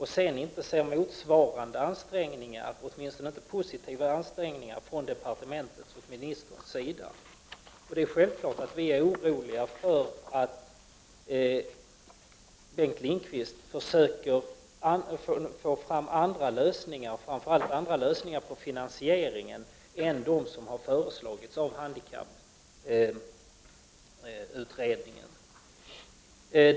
1989/90:30 rande ansträngningar — åtminstone inte positiva — från departementets och 21 november 1989 ministerns sida. Sa ENE RNE Rae Det är självklart att vi är oroliga för att Bengt Lindqvist försöker få fram andra lösningar, framför allt på finansieringen, än de som har föreslagits av handikapputredningen.